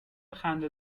خنده